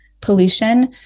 pollution